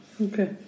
Okay